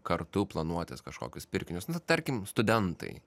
kartu planuotis kažkokius pirkinius na tarkim studentai